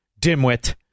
dimwit